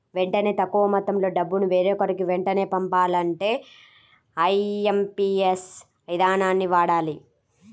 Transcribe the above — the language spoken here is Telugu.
వెంటనే తక్కువ మొత్తంలో డబ్బును వేరొకరికి వెంటనే పంపాలంటే ఐఎమ్పీఎస్ ఇదానాన్ని వాడాలి